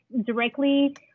directly